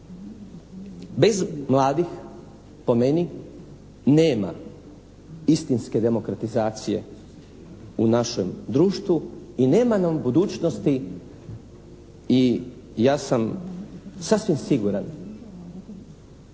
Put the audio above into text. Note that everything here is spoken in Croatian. Bez mladih po meni nema istinske demokratizacije u našem društvu i nema nam budućnosti i ja sam sasvim siguran